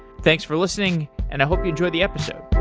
thanks for listening, and i hope you enjoy the episode.